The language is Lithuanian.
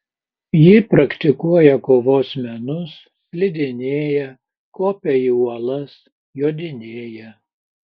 ji praktikuoja kovos menus slidinėja kopia į uolas jodinėja